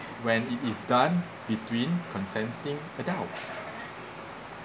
when it is done between consenting adults